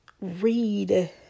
read